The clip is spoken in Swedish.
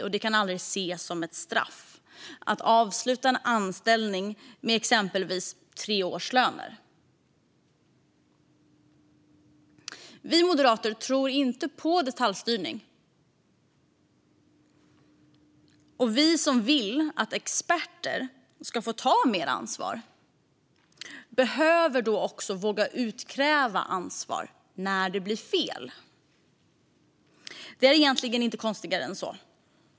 Att avsluta en anställning med att exempelvis få tre årslöner kan inte ses som ett straff. Jag, som moderat, tror inte på detaljstyrning. Vi som vill att experter ska få ta mer ansvar måste också våga utkräva ansvar när det går fel. Det är egentligen inte konstigare än så.